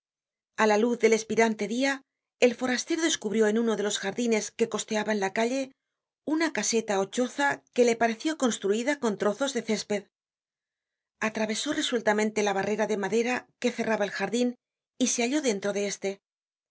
a la luz del espirante dia el forastero descubrió en uno de los jardines que costeaban la calle una caseta ó choza que le pareció construida con trozos de césped atravesó resueltamente la barrera de madera que cerraba el jardin y se halló dentro de este